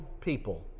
people